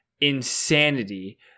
Insanity